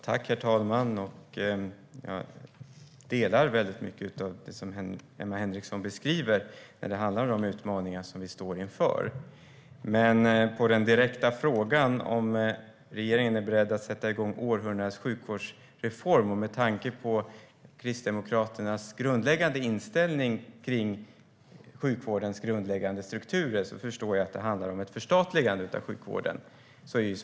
Herr talman! Jag instämmer i mycket av det Emma Henriksson beskriver när det gäller de utmaningar vi står inför. På den direkta frågan om regeringen är beredd att sätta igång århundradets sjukvårdsreform är dock svaret nej. Med tanke på Kristdemokraternas grundläggande inställning till sjukvårdens grundläggande strukturer förstår jag att det handlar om ett förstatligande av sjukvården.